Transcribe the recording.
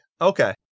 Okay